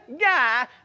guy